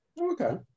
okay